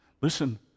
listen